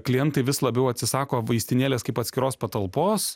klientai vis labiau atsisako vaistinėlės kaip atskiros patalpos